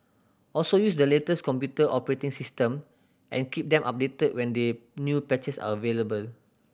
also use the latest computer operating system and keep them updated when they new patches are available